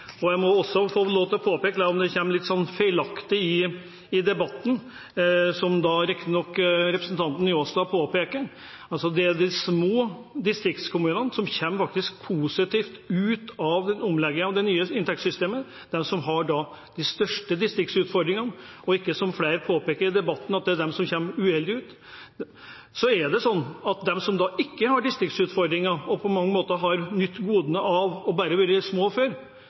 Jeg må også få lov til å påpeke – selv om det kommer litt feilaktig i debatten, som riktignok representanten Njåstad påpeker – at det er de små distriktskommunene som faktisk kommer positivt ut av omleggingen til det nye inntektssystemet, de som har de største distriktsutfordringene. Det er ikke slik, som flere påpeker i debatten, at det er de som kommer uheldig ut. Så er det slik at de som ikke har distriktsutfordringer, og på mange måter har nytt godene av bare å være små før,